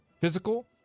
physical